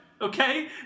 okay